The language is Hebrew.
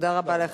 תודה רבה לך,